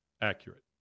accurate